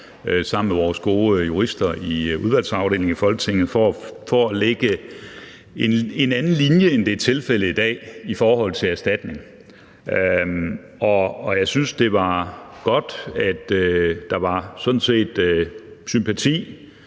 sammen med vores gode jurister i Udvalgsafdelingen i Folketinget for at lægge en anden linje, end det er tilfældet i dag i forhold til erstatning. Jeg synes, det er godt, at der er sympati,